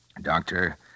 Doctor